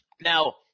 now